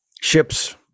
ships